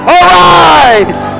arise